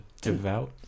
Devout